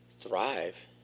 thrive